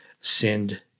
send